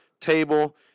table